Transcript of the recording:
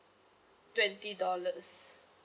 twenty dollars